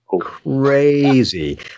crazy